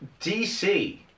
DC